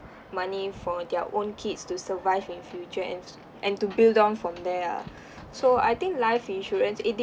money for their own kids to survive in future and s~ and to build on from there ah so I think life insurance it depends